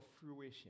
fruition